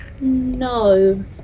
No